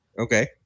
Okay